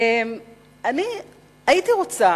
הייתי רוצה